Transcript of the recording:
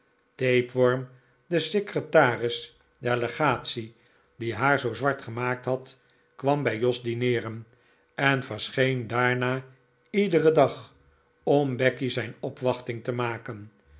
tapeworm de secretaris der legatie die haar zoo zwart gemaakt had kwam bij jos dineeren en verscheen daarna iederen dag om becky zijn opwachting te maken